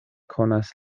konas